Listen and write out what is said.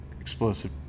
explosive